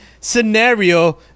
scenario